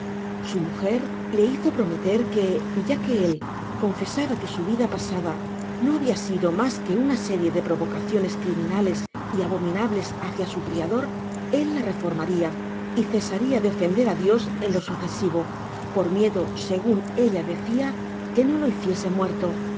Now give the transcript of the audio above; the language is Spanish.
su mujer le hizo prometer que ya que él confesaba que su vida pasada no habia sido mas que una série de provocaciones criminales y abominables hácia su criador él la reformaria y cesa ria de ofender á dios en lo sucesivo por miedo segun ella decia que no lo hiciese muerto